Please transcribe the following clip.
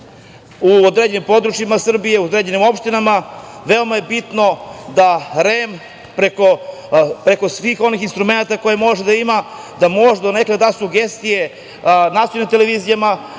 u određenim područjima Srbije, u određenim opštinama, veoma bitno da REM preko svih onih instrumenata koje može da ima, da može donekle da da sugestije nacionalnim televizijama,